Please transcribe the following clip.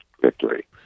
victory